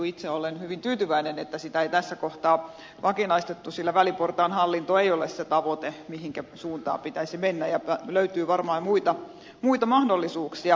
itse olen hyvin tyytyväinen että sitä ei tässä kohtaa vakinaistettu sillä väliportaan hallinto ei ole se tavoite mihinkä suuntaan pitäisi mennä ja löytyy varmaan muita mahdollisuuksia